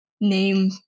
name